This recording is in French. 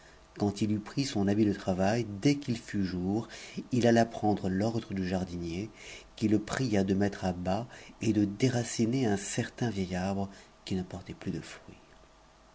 quand il eut pris son habit de travail dès qu'il fut jour il alla prendre l'ordre du jardinier qui le pria de mettre à bas et de déraciner un certain vieil arbre qui ne portait plus de fruits